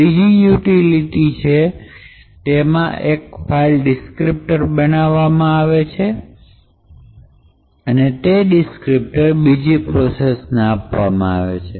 ત્રીજી યુટીલીટી છે તેમના એક ફાઇલ ડીસ્ક્રીપ્ટર બનાવે છે અને તે ડીસ્ક્રીપ્ટર બીજી પ્રોસેસ ને આપે છે